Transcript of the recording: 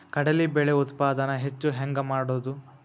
ಕಡಲಿ ಬೇಳೆ ಉತ್ಪಾದನ ಹೆಚ್ಚು ಹೆಂಗ ಮಾಡೊದು?